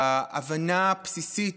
בהבנה הבסיסית,